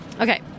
Okay